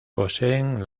poseen